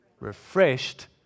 refreshed